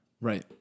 Right